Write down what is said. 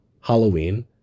Halloween